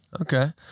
Okay